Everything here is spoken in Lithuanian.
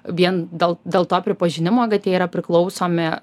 vien dėl dėl to pripažinimo kad jie yra priklausomi